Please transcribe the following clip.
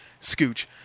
scooch